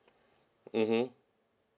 mmhmm